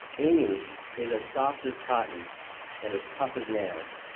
amy is as soft as cotton and as tough as nails.